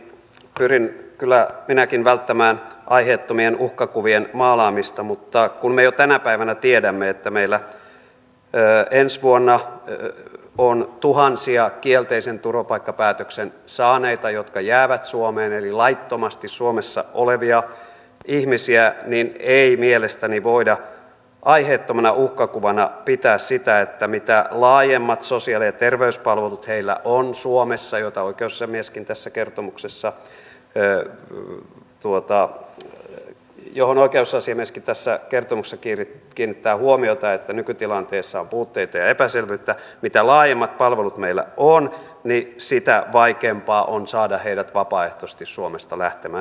pyrin kyllä minäkin välttämään aiheettomien uhkakuvien maalaamista mutta kun me jo tänä päivänä tiedämme että meillä ensi vuonna on tuhansia kielteisen turvapaikkapäätöksen saaneita jotka jäävät suomeen eli laittomasti suomessa olevia ihmisiä niin ei mielestäni voida aiheettomana uhkakuvana pitää sitä että mitä laajemmat sosiaali ja terveyspalvelut heillä on suomessa oikeusasiamieskin tässä kertomuksessa erään tuota jouluoikeusasiamieskin tässä kertomuksen cir kiinnittää huomiota siihen että nykytilanteessa on puutteita ja epäselvyyttä mitä laajemmat palvelut meillä on niin sitä vaikeampaa on saada heidät vapaaehtoisesti suomesta lähtemään